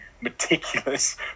meticulous